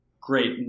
great